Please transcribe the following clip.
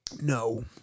No